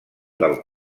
del